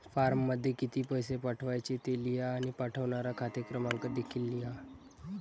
फॉर्ममध्ये किती पैसे पाठवायचे ते लिहा आणि पाठवणारा खाते क्रमांक देखील लिहा